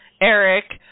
Eric